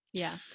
yeah,